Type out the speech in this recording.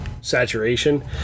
saturation